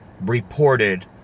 reported